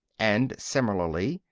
and, similarly,